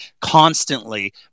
constantly